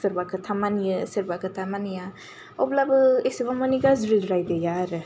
सोरबा खोथा मानियो सोरबा खोथा मानिया अब्लाबो एसेबांमानि गाज्रिद्राय गैया आरो